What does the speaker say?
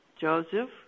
Joseph